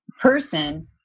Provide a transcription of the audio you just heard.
person